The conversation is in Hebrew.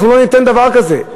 אנחנו לא ניתן דבר כזה.